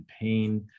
pain